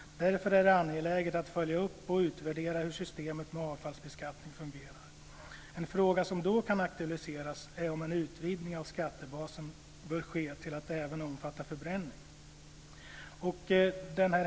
Därför är det angeläget att följa upp och utvärdera hur systemet med avfallsbeskattning fungerar. En fråga som då kan aktualiseras är om en utvidgning av skattebasen bör ske till att även omfatta förbränning.